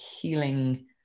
healing